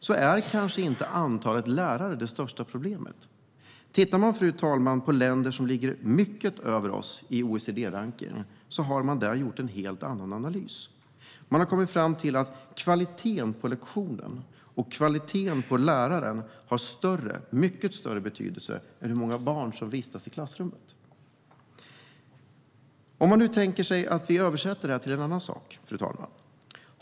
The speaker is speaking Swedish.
Antalet lärare är kanske inte det största problemet. Låt oss titta på länder som ligger mycket över Sverige i OECD-rankningen. Där har de gjort en helt annan analys. De har kommit fram till att kvaliteten på lektionen och kvaliteten på läraren har mycket större betydelse än hur många barn som vistas i klassrummet. Låt oss tänka oss att vi översätter detta till något annat.